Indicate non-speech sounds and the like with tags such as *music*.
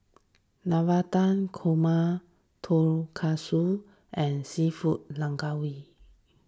Navratan Korma Tonkatsu and Seafood *unintelligible*